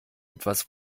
etwas